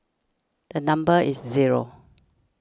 the number is zero